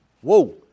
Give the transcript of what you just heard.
Whoa